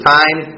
time